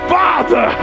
father